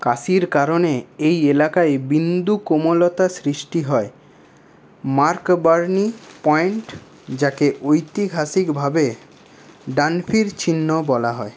কাশির কারণে এই এলাকায় বিন্দু কোমলতা সৃষ্টি হয় মার্ক বার্নি পয়েন্ট যাকে ঐতিহাসিকভাবে ডানফির চিহ্ন বলা হয়